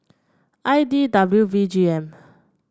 I D W V G M